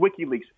WikiLeaks